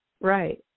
right